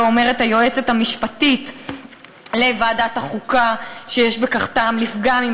ואומרת היועצת המשפטית לוועדת החוקה שיש בכך טעם לפגם.